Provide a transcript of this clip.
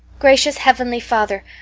gracious heavenly father,